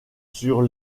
sur